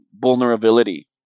vulnerability